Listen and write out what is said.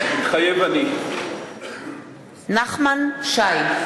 מתחייב אני נחמן שי,